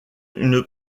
une